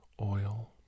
oil